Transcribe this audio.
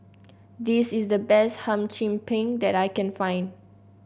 this is the best Hum Chim Peng that I can find